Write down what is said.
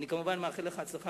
אני כמובן מאחל לך הצלחה,